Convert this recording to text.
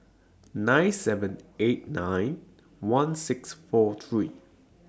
nine seven eight nine one six four three